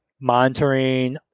monitoring